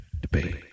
debate